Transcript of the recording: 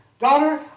daughter